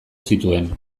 zituen